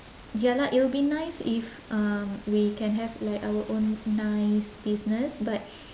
ya lah it will be nice if um we can have like our own nice business but